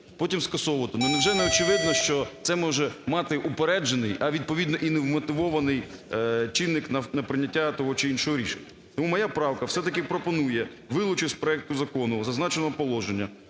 потім скасовувати. Невже не очевидно, що це може мати упереджений, а відповідно і невмотивований чинник на прийняття того чи іншого рішення. Тому моя правка все-таки пропонує вилучити з проекту закону зазначеного положення,